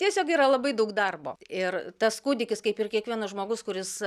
tiesiog yra labai daug darbo ir tas kūdikis kaip ir kiekvienas žmogus kuris